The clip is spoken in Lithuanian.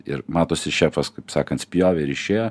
ir matosi šefas kaip sakant spjovė ir išėjo